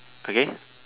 okay